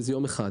שזה יום אחד.